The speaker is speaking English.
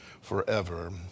forever